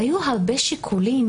היו הרבה שיקולים